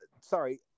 Sorry